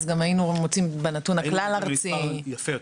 אז גם היינו מוצאים בנתון הכלל ארצי --- מספר יפה יותר,